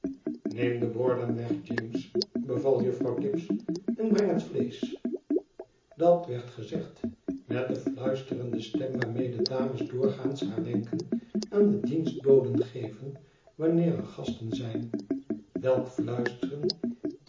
neem de borden weg james beval juffrouw tibbs en breng het vleesch dat werd gezegd met de fluisterende stem waarmede dames doorgaans haar wenken aan de dienstboden geven wanneer er gasten zijn welk fluisteren